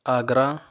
Agra